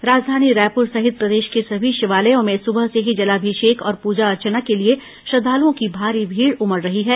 राजधानी रायपुर सहित प्रदेश के सभी शिवालयों में सुबह से ही जलाभिषेक और पूजा अर्चना के लिए श्रद्वालुओं की भारी भीड़ उमड़ रही है